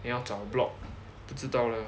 then 要找 block 知道了